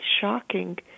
shocking